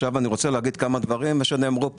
אני רוצה להגיד כמה דברים שנאמרו פה.